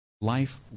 Life